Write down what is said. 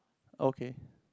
okay